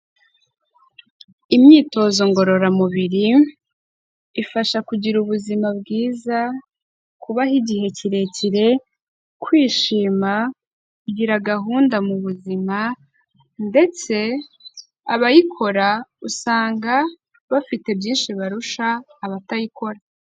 Imyitozo ngororamubiri ifasha kugira ubuzima bwiza kubaho igihe kirekire, kwishima kugira gahunda mu buzima ndetse abayikora usanga bafite byinshi barusha abatayikora.